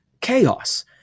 chaos